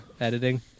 Editing